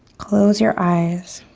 close your eyes.